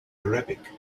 arabic